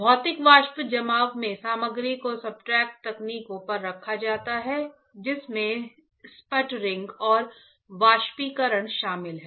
भौतिक वाष्प जमाव में सामग्री को सब्सट्रेट तकनीकों पर रखा जाता है जिसमें स्पटरिंग और वाष्पीकरण शामिल हैं